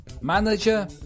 Manager